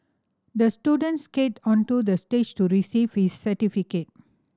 the student skated onto the stage to receive his certificate